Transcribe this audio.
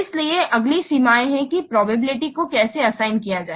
इसलिए अगली सीमाएं हैं कि प्रोबेबिलिटी को कैसे असाइन किया जाए